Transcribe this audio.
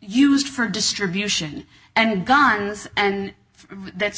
used for distribution and guns and